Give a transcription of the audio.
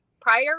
prior